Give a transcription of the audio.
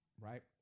right